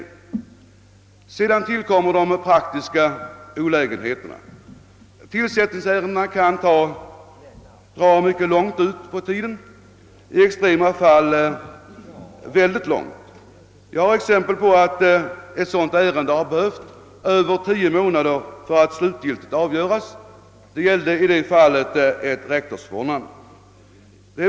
Därutöver tillkommer de praktiska olägenheterna. Tillsättningsärenden kan dra ut långt på tiden. De kan i extrema fall till och med fördröjas mycket länge. Jag känner till exempel på att behandlingen av ett sådant ärende har tagit över tio månader i anspråk innan det slutgiltigt avgjorts. Det gällde i detta fall ett rektorsförordnande.